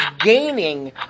gaining